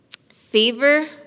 favor